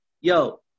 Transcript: Yo